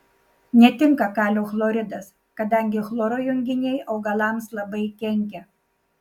netinka kalio chloridas kadangi chloro junginiai augalams labai kenkia